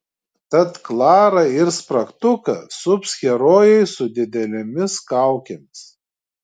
tad klarą ir spragtuką sups herojai su didelėmis kaukėmis